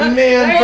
man